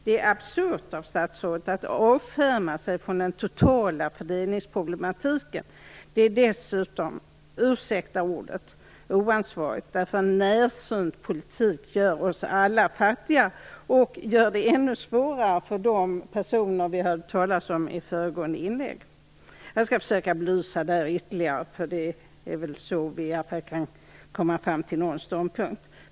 Det är absurt av statsrådet att avskärma sig från den totala fördelningsproblematiken. Det är dessutom - ursäkta ordet - oansvarigt, därför att en närsynt politik gör oss alla fattigare och gör det ännu svårare för de personer som vi hörde talas om i den föregående debatten. Jag skall försöka belysa detta ytterligare för att vi skall kunna komma fram till någon ståndpunkt.